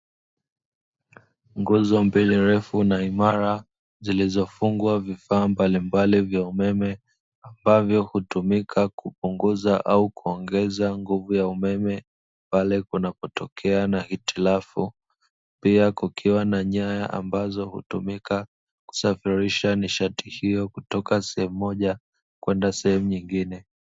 Nguzo mbili refu na imara zilizofungwa vifaa mbalimbali vya umeme, ambavyo hutumika kupunguza au kuongeza nguvu ya umeme pale panapotokea na hitilafu. Pia kukiwa na nyaya ambazo hutumika kusafirisha nishati hiyo, kutoka sehemu moja kwenda sehemu nyingine.